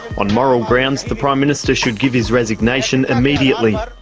on moral grounds the prime minister should give his resignation immediately.